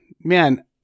man